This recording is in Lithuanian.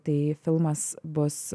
tai filmas bus